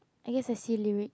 I guess I see lyric